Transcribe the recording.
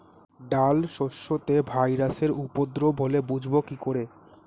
ডাল শস্যতে ভাইরাসের উপদ্রব হলে বুঝবো কি করে?